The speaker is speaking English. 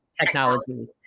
technologies